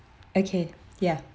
okay ya